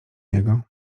niego